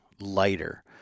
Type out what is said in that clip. lighter